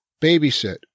babysit